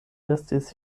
estis